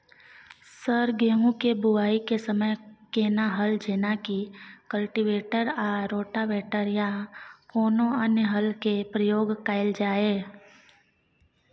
Sir गेहूं के बुआई के समय केना हल जेनाकी कल्टिवेटर आ रोटावेटर या कोनो अन्य हल के प्रयोग कैल जाए?